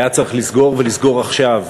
היה צריך לסגור, ולסגור עכשיו.